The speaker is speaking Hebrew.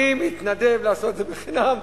אני מתנדב לעשות את זה בחינם.